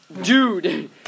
Dude